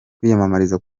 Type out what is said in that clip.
kwiyamamariza